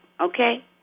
okay